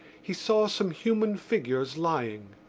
he saw some human figures lying.